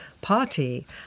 party